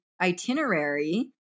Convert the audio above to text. itinerary